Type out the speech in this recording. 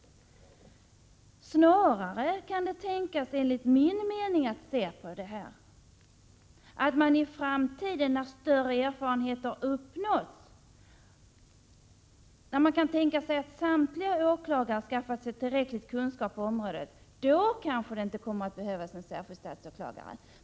Snarare kan det enligt mitt sätt att se på saken tänkas att det i framtiden, när större erfarenhet har uppnåtts och det kan förutsättas att samtliga åklagare skaffat sig tillräcklig kunskap, inte behövs en särskild statsåklagare på området.